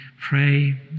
pray